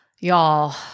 Y'all